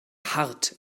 hart